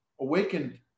awakened